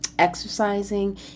exercising